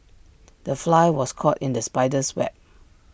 the fly was caught in the spider's web